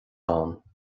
ann